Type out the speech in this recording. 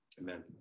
amen